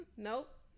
Nope